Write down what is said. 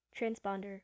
Transponder